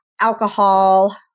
alcohol